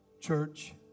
Church